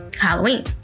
Halloween